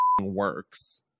works